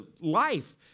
life